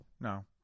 No